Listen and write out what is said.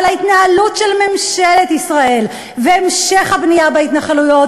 אבל ההתנהלות של ממשלת ישראל והמשך הבנייה בהתנחלויות